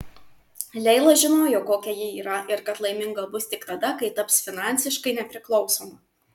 leila žinojo kokia ji yra ir kad laiminga bus tik tada kai taps finansiškai nepriklausoma